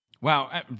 Wow